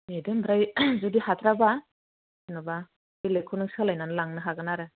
नेदो ओमफ्राय जुदि हाथ्राबा जेन'बा बेलेगखौ नों सोलायनानै लांनो हागोन आरो